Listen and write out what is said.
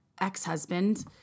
ex-husband